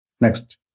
Next